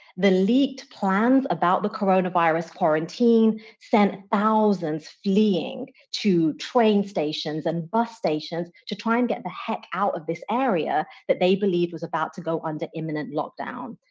the leaked plans about the coronavirus quarantine sent thousands fleeing to train stations and bus stations to try and get the heck out of this area that they believed was about to go under imminent lockdown.